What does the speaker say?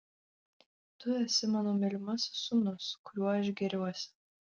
tu esi mano mylimasis sūnus kuriuo aš gėriuosi